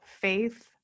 faith